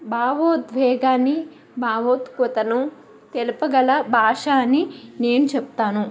భావోద్వేగాన్ని భావోద్కథను తెలుపగల భాష అని నేను చెప్తాను